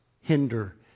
hinder